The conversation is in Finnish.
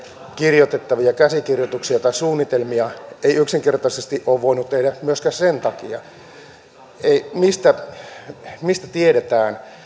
kirjoitettavia käsikirjoituksia tai suunnitelmia ei yksinkertaisesti ole voinut tehdä myöskään sen takia että mistä esimerkiksi tiedetään